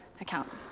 account